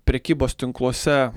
prekybos tinkluose